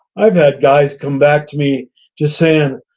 i've had guys come back to me just saying,